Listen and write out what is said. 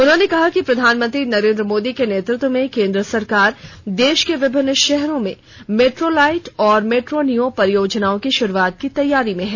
उन्होंने कहा कि प्रधानमंत्री नरेंद्र मोदी के नेतृत्व में केंद्र सरकार देश के विभिन्न शहरों में मेट्रोलाइट और मेट्रोनिओ परियोजनाओं की शुरुआत की तैयारी में है